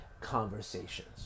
conversations